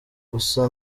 gusa